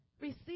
Receive